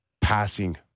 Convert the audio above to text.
passing